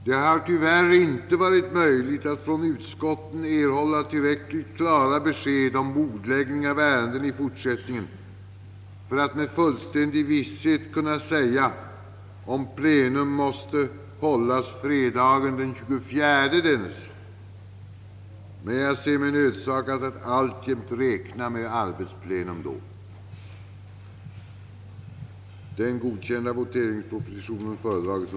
Det har tyvärr icke varit möjligt att från utskotten erhålla tillräckligt klara besked om bordläggning av ärenden i fortsättningen för att med fullständig visshet kunna säga om plenum måste hållas fredagen den 24 dennes, men jag ser mig nödsakad att alltjämt räkna med arbetsplenum då.